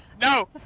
No